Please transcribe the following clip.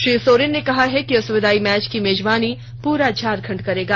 श्री सोरेन ने कहा है कि इस विदाई मैच की मेजबानी पूरा झारखंड करेगा